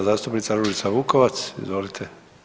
zastupnica Ružica Vukovac, izvolite.